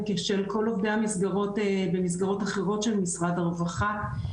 של כל עובדי המסגרות במסגרות אחרות של משרד הרווחה,